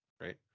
Right